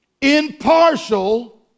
impartial